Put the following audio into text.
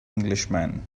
englishman